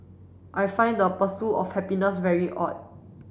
I find the pursue of happiness very odd